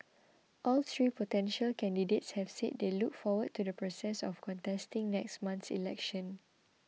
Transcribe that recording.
all three potential candidates have said they look forward to the process of contesting next month's election